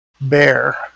bear